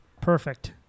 Perfect